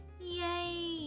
Yay